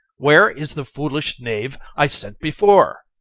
where is the foolish knave i sent before?